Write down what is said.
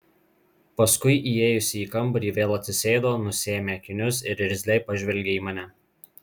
paskui įėjusi į kambarį vėl atsisėdo nusiėmė akinius ir irzliai pažvelgė į mane